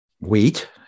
wheat